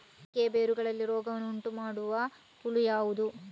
ಅಡಿಕೆಯ ಬೇರುಗಳಲ್ಲಿ ರೋಗವನ್ನು ಉಂಟುಮಾಡುವ ಹುಳು ಯಾವುದು?